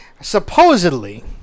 supposedly